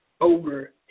over